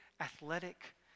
athletic